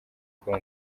kuba